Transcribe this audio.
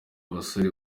abasore